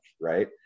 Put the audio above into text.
Right